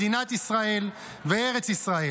מדינת ישראל וארץ ישראל,